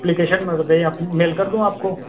application दें या mail कर दूँ आपको